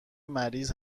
مریض